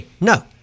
No